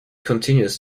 continues